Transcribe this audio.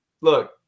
look